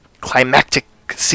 climactic